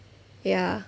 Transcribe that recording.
ya